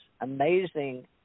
amazing